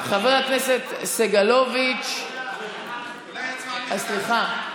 חבר הכנסת סגלוביץ' אולי הצבעה מחדש?